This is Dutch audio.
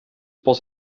pas